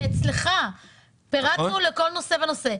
ואצלך פירטנו לכל נושא ונושא.